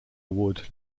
wood